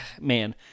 man